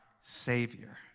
savior